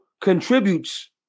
contributes